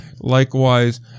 Likewise